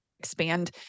expand